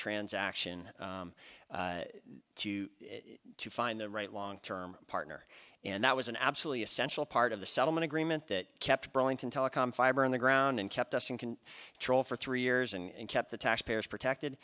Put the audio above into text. transaction to find the right long term partner and that was an absolutely essential part of the settlement agreement that kept burlington telecom fiber on the ground and kept us in can troll for three years and kept the tax payers protected